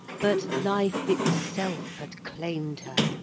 but life itself had claim'd her,